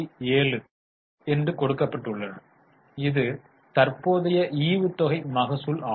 7 சதவீதத்தை கொடுத்துள்ளனர் இது தற்போதைய ஈவுத்தொகை மகசூல் ஆகும்